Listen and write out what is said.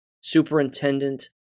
Superintendent